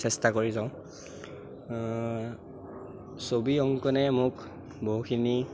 চেষ্টা কৰি যাওঁ ছবি অংকনে মোক বহুখিনি